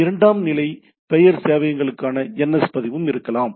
இரண்டாம் நிலை பெயர் சேவையகங்களுக்கான NS பதிவும் இருக்கலாம்